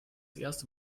erste